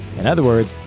in other words,